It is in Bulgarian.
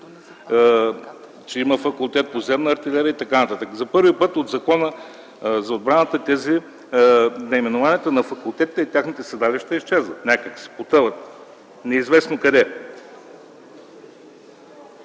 че има Факултет по земна артилерия и т.н. За първи път от Закона за отбраната тези наименования на факултетите и техните седалища изчезват някъде, потъват неизвестно къде.